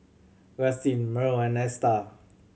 Rustin Mearl and Esta